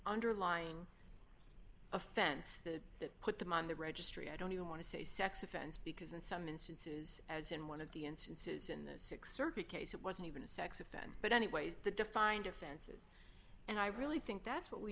underlying offense that put them on the registry i don't even want to say sex offense because in some instances as in one of the instances in the th circuit case it wasn't even a sex offense but anyways the defined offenses and i really think that's what we